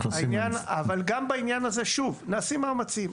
אבל גם בעניין הזה, שוב, נעשים מאמצים.